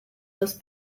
das